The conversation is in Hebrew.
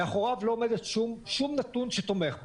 מאחוריו לא עומד שום נתון שתומך בו.